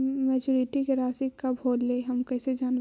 Maturity के रासि कब होलै हम कैसे जानबै?